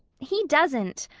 he doesn't.